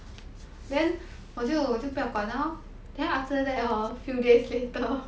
then 我就我就不要管 lor then after that hor few days later